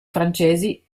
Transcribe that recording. francesi